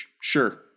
Sure